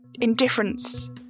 indifference